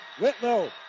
Whitlow